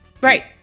Right